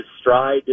stride